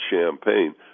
Champagne